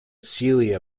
celia